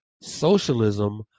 Socialism